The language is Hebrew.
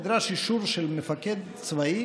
נדרש אישור של מפקד צבאי